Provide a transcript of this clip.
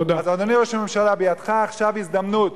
אדוני ראש הממשלה, בידך עכשיו הזדמנות.